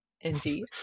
Indeed